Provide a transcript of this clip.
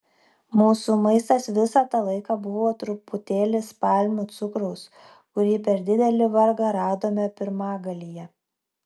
mūsų maistas visą tą laiką buvo truputėlis palmių cukraus kurį per didelį vargą radome pirmagalyje